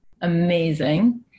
Amazing